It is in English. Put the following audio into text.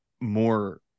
more